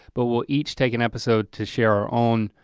but we'll each take an episode to share our own